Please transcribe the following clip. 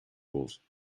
bos